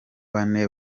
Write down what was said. bane